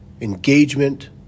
engagement